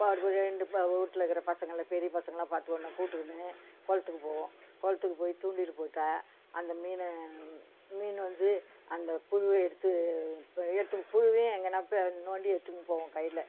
போகிறக்குள்ள ரெண்டு ப வீட்டுல இருக்கிற பசங்களில் பெரிய பசங்களாக பார்த்து ஒன்றை கூட்டுங்கினு குளத்துக்கு போவோம் குளத்துக்கு போய் தூண்டில் போட்டால் அந்த மீன் மீன் வந்து அந்த புழுவை எடுத்து எடுத்து புழுவையும் எங்கேனாது நோண்டி எடுத்துகினு போவோம் கையில்